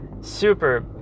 super